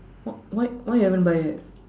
w~ why why you haven't buy yet